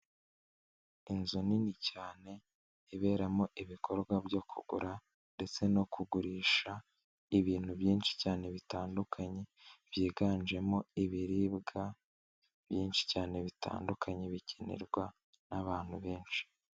Inzu nini cyane iberamo ibikorwa byo kugura ndetse no kugurisha ibintu byinshi cyane bitandukanye, byiganjemo ibiribwa byinshi cyane bitandukanye bikenerwa n'abantu benshi.